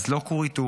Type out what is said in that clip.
אז לא כור היתוך,